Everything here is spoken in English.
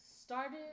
started